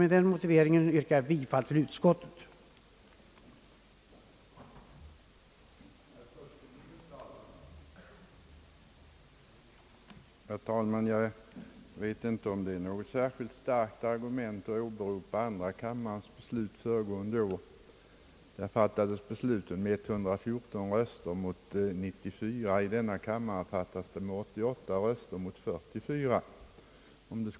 Med denna motivering yrkar jag bifall till utskottets förslag.